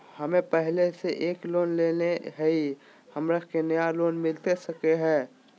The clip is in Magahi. हमे पहले से एक लोन लेले हियई, हमरा के नया लोन मिलता सकले हई?